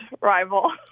rival